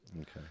Okay